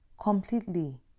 completely